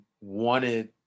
wanted